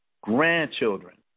Grandchildren